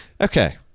okay